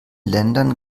ländern